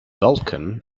vulkan